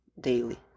daily